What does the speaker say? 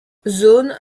zone